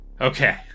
Okay